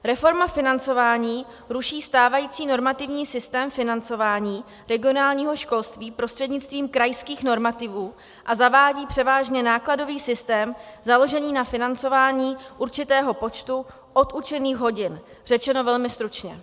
Reforma financování ruší stávající normativní systém financování regionálního školství prostřednictvím krajských normativů a zavádí převážně nákladový systém založený na financování určitého počtu odučených hodin, řečeno velmi stručně.